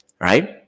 right